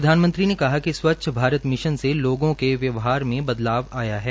प्रधानमंत्री ने कहा कि स्वच्छ भारत मिशन से लोगों के व्यवहार में बदलाव आया है